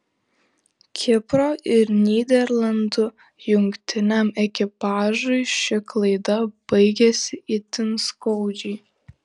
kipro ir nyderlandų jungtiniam ekipažui ši klaida baigėsi itin skaudžiai